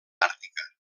àrtica